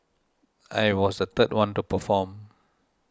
I was the third one to perform